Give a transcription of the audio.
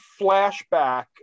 flashback